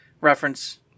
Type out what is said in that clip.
reference